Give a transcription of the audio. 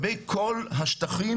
עם הממסד הדתי שלנו,